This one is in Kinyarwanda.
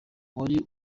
wari